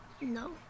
No